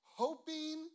hoping